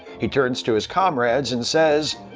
he turns to his comrades and says,